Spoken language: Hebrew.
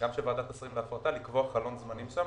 גם של ועדת השרים להפרטה לקבוע חלון זמנים מסוים.